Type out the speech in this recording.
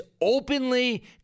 openly